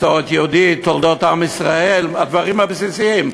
מסורת יהודית, תולדות עם ישראל, הדברים הבסיסיים.